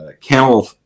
camel